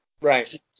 Right